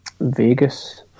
Vegas